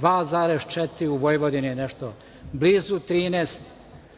2,4, u Vojvodini je nešto blizu 13